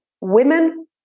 women